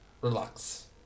relax